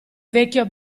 vecchio